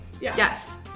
yes